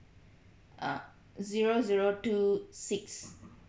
uh zero zero two six